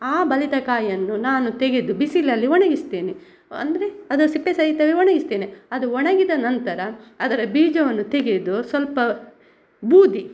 ಆ ಬಲಿತ ಕಾಯಿಯನ್ನು ನಾನು ತೆಗೆದು ಬಿಸಿಲಲ್ಲಿ ಒಣಗಿಸ್ತೇನೆ ಅಂದರೆ ಅದರ ಸಿಪ್ಪೆ ಸಹಿತ ಒಣಗಿಸ್ತೇನೆ ಅದು ಒಣಗಿದ ನಂತರ ಅದರ ಬೀಜವನ್ನು ತೆಗೆದು ಸ್ವಲ್ಪ ಬೂದಿ